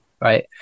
right